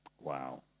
wow